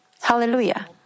Hallelujah